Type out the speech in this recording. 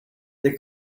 they